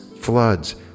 floods